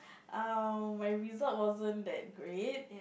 um my result wasn't that great